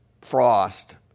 Frost